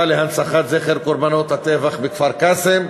להנצחת זכר קורבנות הטבח בכפר-קאסם.